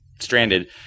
stranded